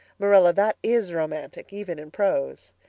marilla, that is romantic, even in prose.